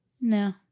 No